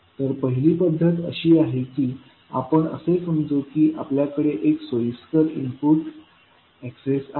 तर पहिली पध्दत अशी आहे की आपण असे समजू की आपल्याकडे एक सोयीस्कर इनपुट एक्सेस आहे